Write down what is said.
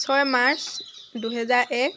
ছয় মাৰ্চ দুহেজাৰ এক